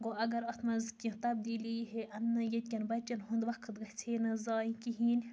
گوٚو اگر اَتھ منٛز کیٚنہہ تبدیٖلی یی ہے اَنٛنہٕ ییٚتہِ کیٚن بَچَن ہُنٛد وقت گژھِ ہے نہ زایہِ کِہیٖنۍ